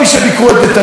אתם יודעים מה,